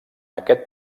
aquest